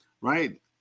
right